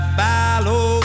follow